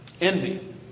envy